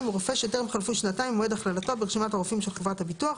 הוא רופא שטרם חלפו שנתיים ממועד הכללתו ברשימת הרופאים של חברת הביטוח,